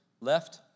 left